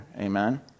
Amen